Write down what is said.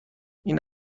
این